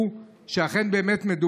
האם באמת הדברים נבדקו,